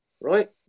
right